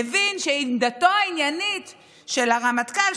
הבין שעמדתו העניינית של הרמטכ"ל,